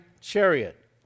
chariot